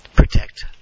Protect